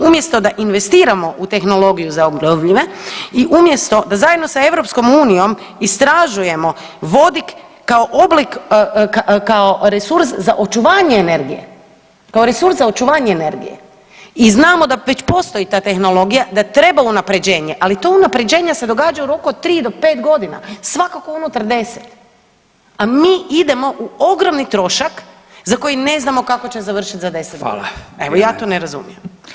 Umjesto da investiramo u tehnologiju za obnovljive i umjesto da zajedno sa EU istražujemo vodik kao oblik, kao resurs za očuvanje energije, kao resurs za očuvanje energije i znamo da već postoji ta tehnologija da treba unaprjeđenje, ali to unaprjeđenje se događa u roku od 3 do 5.g., svakako unutar 10, a mi idemo u ogromni trošak za koji ne znamo kako će završit za 10.g., evo ja to ne razumijem.